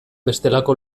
bestelako